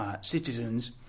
citizens